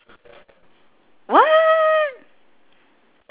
what